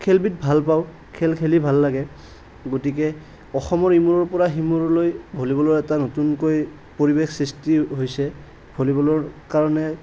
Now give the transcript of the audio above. খেলবিধ ভাল পাওঁ খেল খেলি ভাল লাগে গতিকে অসমৰ ইমূৰৰ পৰা সিমূৰলৈ ভলীবলৰ এটা নতুনকৈ পৰিৱেশ সৃষ্টি হৈছে ভলীবলৰ কাৰণে